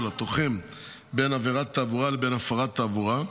התוחם בין עבירת תעבורה לבין הפרת תעבורה.